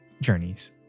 journeys